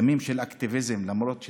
ימים של אקטיביזם, למרות שהיום,